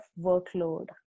workload